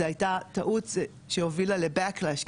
זו הייתה טעות שהובילה לבאק לאש,